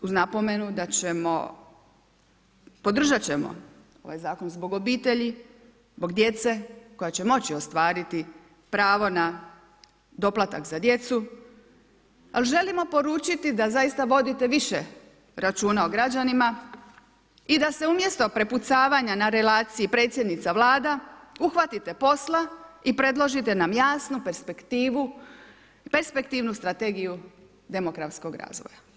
Zaključno, uz napomenu da ćemo podržat ćemo ovaj zakon zbog obitelji, zbog djece koja će moći ostvariti pravo na doplatak za djecu, ali želimo poručiti da zaista vodite više računa o građanima i da se umjesto prepucavanja na relaciji predsjednica-Vlada, uhvatite posla i predložite nam jasnu perspektivu, perspektivnu strategiju demografskog razvoja.